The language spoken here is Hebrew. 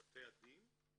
בבתי הדין?